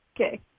Okay